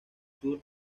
sur